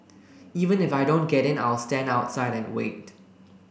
even if I don't get in I'll stand outside and wait